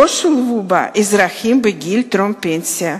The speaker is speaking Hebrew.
לא שולבו בה אזרחים בגיל טרום-פנסיה,